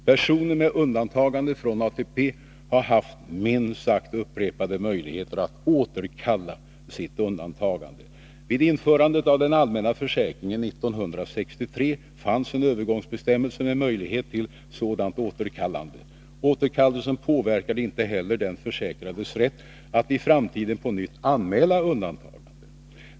Personer med undantagande från ATP har haft minst sagt upprepade möjligheter att återkalla sitt undantagande. Vid införandet av den allmänna försäkringen 1963 fanns en övergångsbestämmelse med möjlighet till sådant återkallande. Återkallelsen påverkade inte heller den försäkrades rätt att i framtiden på nytt anmäla undantagande.